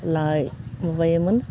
लाय माबायोमोन